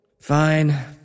Fine